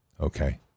okay